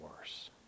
worse